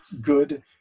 good